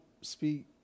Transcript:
speak